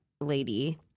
lady